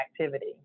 activity